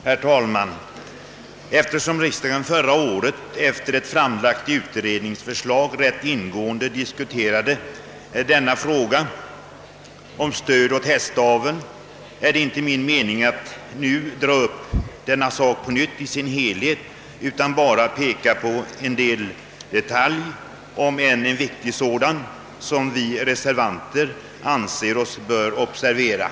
Herr talman! Eftersom riksdagen förra året på grundval av ett framlagt utredningsförslag ganska ingående diskuterade frågan om stöd åt hästaveln, är det inte min mening att nu dra upp denna sak på nytt i dess helhet, utan jag vill bara peka på en detalj, om än en viktig sådan, som vi reservanter anser bör observeras.